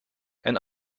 and